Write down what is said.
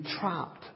trapped